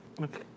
Okay